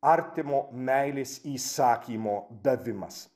artimo meilės įsakymo davimas